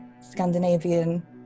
Scandinavian